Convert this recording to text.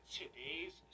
today's